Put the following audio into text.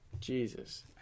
Jesus